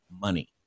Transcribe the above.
money